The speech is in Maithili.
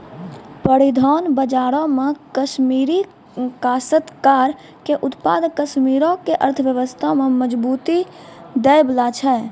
परिधान बजारो मे कश्मीरी काश्तकार के उत्पाद कश्मीरो के अर्थव्यवस्था में मजबूती दै बाला छै